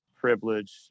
privilege